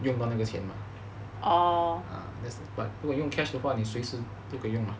用到那个钱 mah but 如果用 cash 的话你随时都可以用 mah